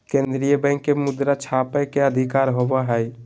केन्द्रीय बैंक के मुद्रा छापय के अधिकार होवो हइ